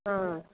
ஆ